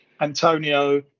Antonio